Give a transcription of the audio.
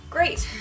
Great